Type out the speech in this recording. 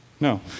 No